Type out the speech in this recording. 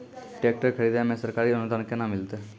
Tractor खरीदै मे सरकारी अनुदान केना मिलतै?